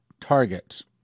targets